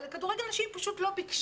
אבל לכדורגל נשים היא פשוט לא ביקשה,